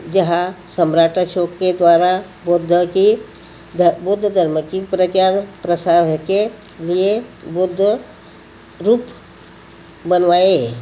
जहाँ सम्राट अशोक के द्वारा बुद्ध की ध बुद्ध धर्म के प्रचार प्रसार के लिए बुद्ध रूप बनवाएं हैं